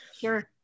sure